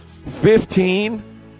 Fifteen